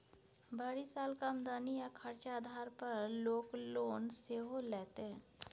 भरि सालक आमदनी आ खरचा आधार पर लोक लोन सेहो लैतै